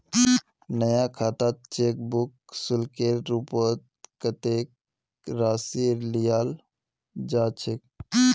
नया खातात cheque book शुल्केर रूपत कत्ते राशि लियाल जा छेक